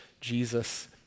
Jesus